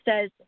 says